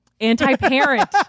Anti-parent